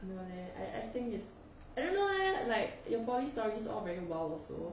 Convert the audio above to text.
no eh I I think this is I don't know eh like your boy's stories all very wild also